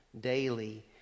daily